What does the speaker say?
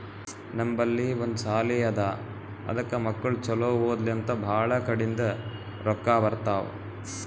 ನಮ್ ಬಲ್ಲಿ ಒಂದ್ ಸಾಲಿ ಅದಾ ಅದಕ್ ಮಕ್ಕುಳ್ ಛಲೋ ಓದ್ಲಿ ಅಂತ್ ಭಾಳ ಕಡಿಂದ್ ರೊಕ್ಕಾ ಬರ್ತಾವ್